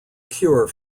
cure